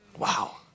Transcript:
wow